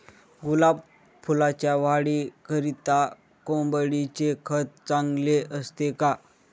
गुलाब फुलाच्या वाढीकरिता कोंबडीचे खत चांगले असते का?